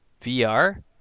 VR